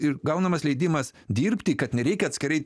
ir gaunamas leidimas dirbti kad nereikia atskirai